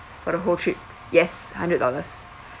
for the whole trip yes hundred dollars